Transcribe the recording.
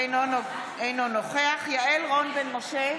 אינו נוכח יעל רון בן משה,